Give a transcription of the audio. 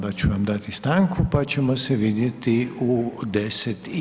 da ću vam dati stanku, pa ćemo se vidjeti u 10,01.